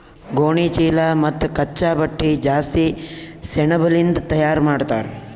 ಗೋಣಿಚೀಲಾ ಮತ್ತ್ ಕಚ್ಚಾ ಬಟ್ಟಿ ಜಾಸ್ತಿ ಸೆಣಬಲಿಂದ್ ತಯಾರ್ ಮಾಡ್ತರ್